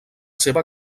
seva